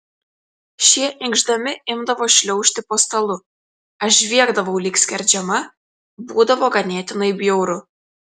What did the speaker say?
šie inkšdami imdavo šliaužti po stalu aš žviegdavau lyg skerdžiama būdavo ganėtinai bjauru